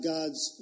God's